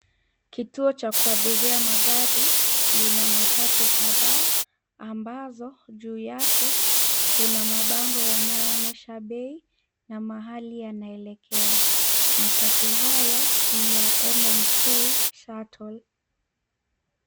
Kituo cha kuabiria magari lina matatu kadhaa ambazo juu yake kuna mabango yanaonyesha bei na mahali yanaelekea. Matatu haya ni ya LNK Shuttle.